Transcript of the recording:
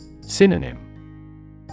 Synonym